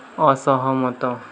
ଅସହମତ